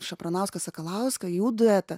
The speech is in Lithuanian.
šapranauską sakalauską jų duetą